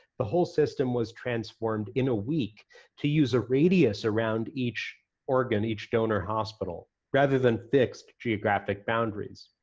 the whole system was transformed in a week to use a radius around each organ, each donor hospital, rather than fixed geographic boundaries.